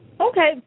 Okay